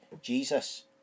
Jesus